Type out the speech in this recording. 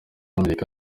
amerika